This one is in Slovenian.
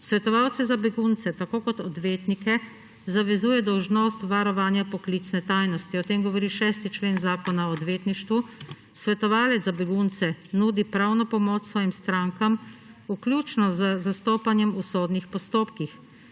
Svetovalce za begunce tako kot odvetnike zavezuje dolžnost varovanja poklicne tajnosti, o tem govori 6. člen Zakona o odvetništvu, svetovalec za begunce nudi pravno pomoč svojim strankam, vključno z zastopanjem v sodnih postopkih.